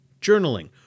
journaling